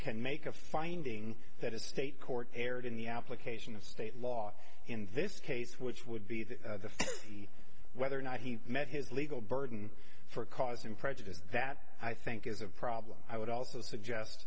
can make a finding that a state court erred in the application of state law in this case which would be the whether or not he met his legal burden for causing prejudice that i think is a problem i would also suggest